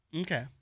Okay